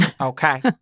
Okay